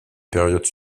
période